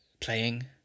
playing